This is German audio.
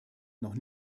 noch